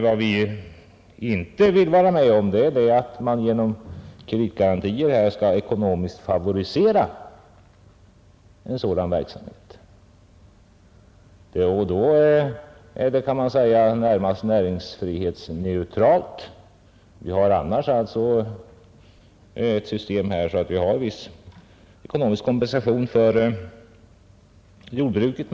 Vad vi inte vill vara med om är att man genom kreditgarantier skall aktivt favorisera en sådan verksamhet. Då är det, kan man säga, närmast näringsfrihetsneutralt. Vi har alltså annars ett system med viss ekonomisk kompensation för jordbruket.